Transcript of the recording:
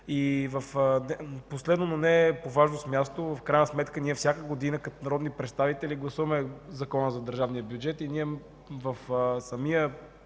Последно, но не по важност място, в крайна сметка ние всяка година като народни представители гласуваме Закона за държавния бюджет и в самия